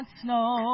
snow